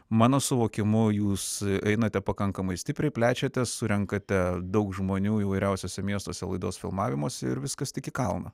mano suvokimu jūs einate pakankamai stipriai plečiatės surenkate daug žmonių įvairiausiuose miestuose laidos filmavimus ir viskas tik į kalną